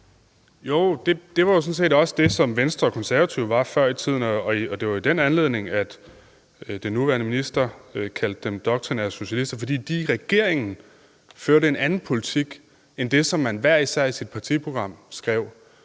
og det var sådan set også det, som Venstre og Konservative var før i tiden. Og det var i den anledning, at den nuværende minister kaldte dem doktrinære socialister, fordi de i regeringen førte en anden politik end det, som man hver især skrev i sit partiprogram.